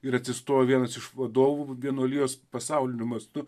ir atsistojo vienas iš vadovų vienuolijos pasauliniu mastu